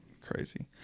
crazy